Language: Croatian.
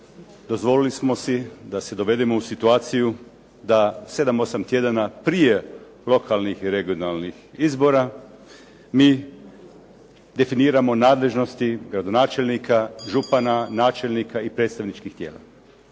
dozvolili smo si da se dovedemo u situaciju da 7, 8 tjedana prije lokalnih i regionalnih izbora mi definiramo nadležnosti gradonačelnika, župana, načelnika i predstavničkih tijela.